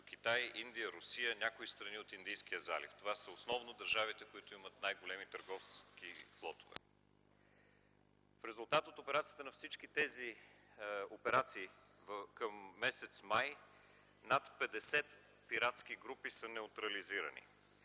Китай, Индия, Русия, някои страни от Индийския залив. Това са основно държавите, които имат най-големи търговски флотове. В резултат от всички тези операции към м. май над 50 пиратски групи са неутрализирани.